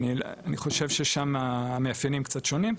אני חושב ששמה המאפיינים קצת שונים,